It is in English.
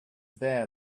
there